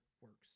works